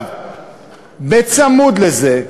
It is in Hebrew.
בצמוד לזה,